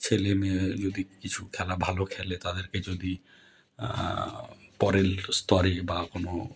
ছেলে মেয়ে যদি কিছু খেলা ভালো খেলে তাদেরকে যদি পরের স্তরে বা কোনো